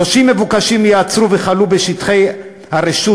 30 מבוקשים ייעצרו וייכלאו בשטחי הרשות,